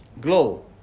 glow